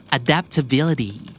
adaptability